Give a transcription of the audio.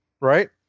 right